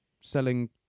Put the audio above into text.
selling